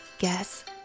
guess